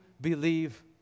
believe